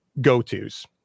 go-tos